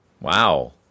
Wow